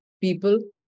people